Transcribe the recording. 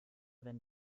wenn